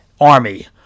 army